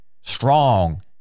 strong